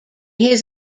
his